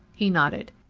he nodded.